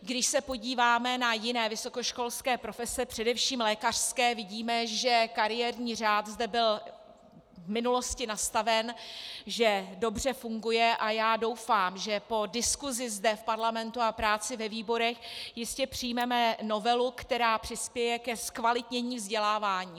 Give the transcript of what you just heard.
Když se podíváme na jiné vysokoškolské profese, především lékařské, vidíme, že kariérní řád zde byl v minulosti nastaven, že dobře funguje, a já doufám, že po diskusi zde v parlamentu a práci ve výborech jistě přijmeme novelu, která přispěje ke zkvalitnění vzdělávání.